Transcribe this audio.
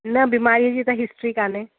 न बीमारीअ जी त हिस्ट्री कोन्हे